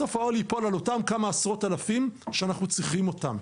בסוף העול ייפול על אותם כמה עשרות אלפים שאנחנו צריכים אותם.